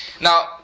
now